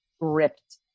ripped